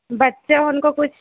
बच्चे उनको कुछ